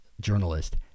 journalist